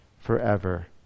forever